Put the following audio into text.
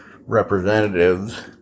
representatives